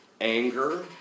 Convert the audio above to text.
anger